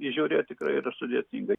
įžiūrėt tikrai yra sudėtinga